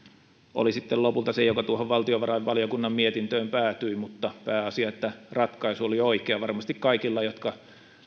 oli lopulta se joka valtiovarainvaliokunnan mietintöön päätyi mutta pääasia että ratkaisu oli oikea varmasti kaikilla jotka